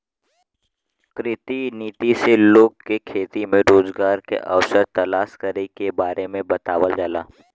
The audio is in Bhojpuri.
कृषि नीति से लोग के खेती में रोजगार के अवसर तलाश करे के बारे में बतावल जाला